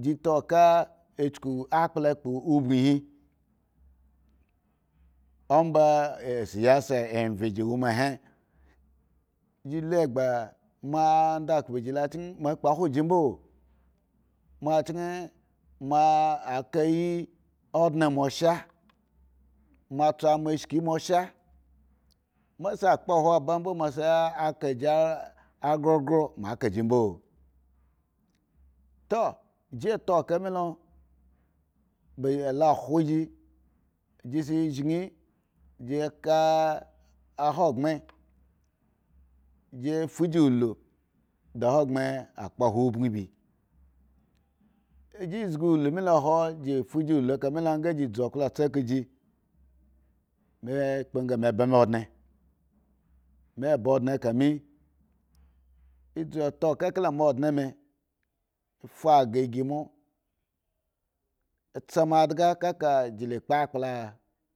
Ji taoka chuku akpla kpo ogun he. omba esiyasa, enveyji wo ma he ji lu egba mo andakububi lo cheu mo kpo hwo ji mbo mo a chen moaka ayi odne mo sha mo ma shki mo sha mose akpo hwo kaji grogro moka ji mbo tuu ji tooka milo balo khwo ji ka ahobren jifu ji ulu da dahgren akpo ahwo obin ji ji wu mi lo hu o ba ji fu wu tse ka ji ji zdu uwu tse ka ji me kpo ngo me ba medzo taoka kala mo odne me, fa aga gi mo tsa mo adga kaka jile